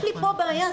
יש לי פה בעיה,